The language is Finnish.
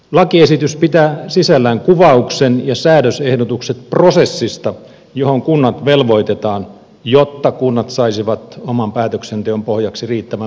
lakiesitys pitää sisällään kuvauksen ja säädösehdotukset prosessista johon kunnat velvoitetaan jotta kunnat saisivat oman päätöksenteon pohjaksi riittävän määrän tietoa